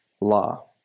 law